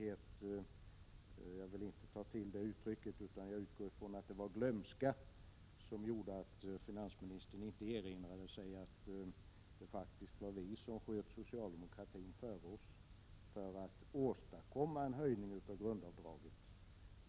Jag vill inte ta till det uttrycket, utan jag utgår från att det var glömska som gjorde att finansministern inte erinrade sig att det faktiskt var vi i centerpartiet som sköt socialdemokraterna framför oss för att åstadkomma en höjning av grundavdraget.